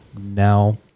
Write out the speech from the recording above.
now